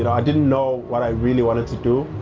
and i didn't know what i really wanted to do.